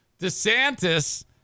DeSantis